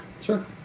Sure